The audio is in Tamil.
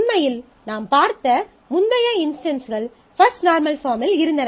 உண்மையில் நாம் பார்த்த முந்தைய இன்ஸ்டன்ஸ்கள் பஃஸ்ட் நார்மல் பாஃர்ம்மில் இருந்தன